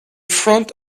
front